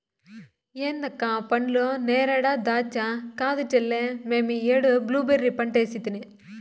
ఏంది అక్క ఆ పండ్లు నేరేడా దాచ్చా కాదు చెల్లే మేమీ ఏడు బ్లూబెర్రీ పంటేసితిని